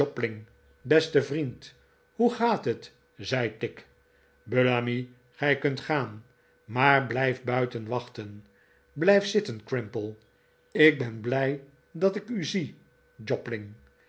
beste vriend hoe gaat het zei tigg bullamy gij kunt gaan maar blijf buiten wachten blijf zitten crimple ik ben blij dat ik u zie